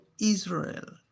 Israel